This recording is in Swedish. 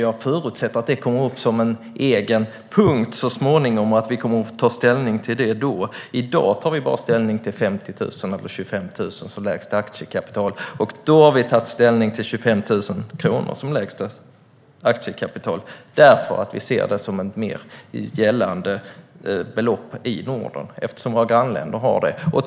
Jag förutsätter att frågan kommer upp som en egen punkt så småningom och att vi kan ta ställning till frågan då. I dag tar vi bara ställning till frågan om 50 000 eller 25 000 som lägsta aktiekapital, och då tar vi ställning för 25 000 kronor som lägsta aktiekapital. Vi ser det som ett mer gällande belopp i Norden eftersom våra grannländer har det beloppet.